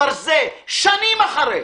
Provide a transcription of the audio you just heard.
שנים אחרי,